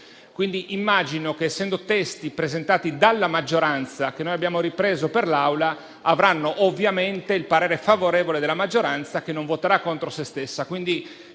Immagino che, essendo appunto testi presentati dalla maggioranza che noi abbiamo ripreso per l'Assemblea, avranno ovviamente il parere favorevole della maggioranza, che non voterà contro se stessa.